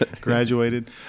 Graduated